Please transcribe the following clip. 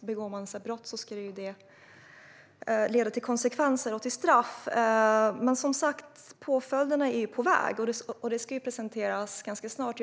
Begår man brott ska det leda till konsekvenser och straff. Men påföljderna är som sagt på väg och ska presenteras ganska snart.